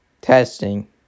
testing